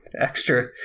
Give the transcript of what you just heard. extra